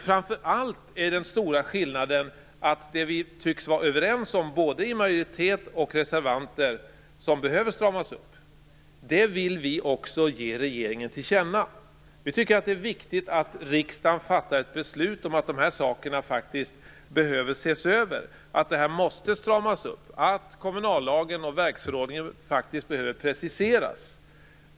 Framför allt är den stora skillnaden att det som både majoriteten och reservanterna tycks vara överens om - som behöver stramas upp - vill vi också ge regeringen till känna. Vi tycker att det är viktigt att riksdagen fattar ett beslut om att de här sakerna faktiskt behöver ses över, att det här måste stramas upp, att kommunallagen och verksförordningen faktiskt behöver preciseras.